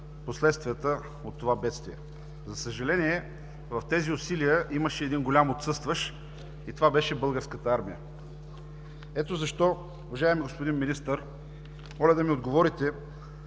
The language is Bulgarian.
последствията от това бедствие. За съжаление, в тези усилия имаше един голям отсъстващ и това беше Българската армия. Ето защо, уважаеми господин Министър, моля да ми отговорите: